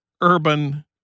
urban